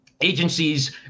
agencies